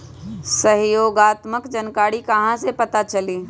सहयोगात्मक जानकारी कहा से पता चली?